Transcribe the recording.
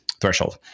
threshold